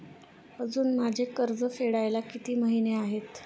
अजुन माझे कर्ज फेडायला किती महिने आहेत?